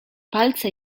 palce